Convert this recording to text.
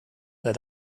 that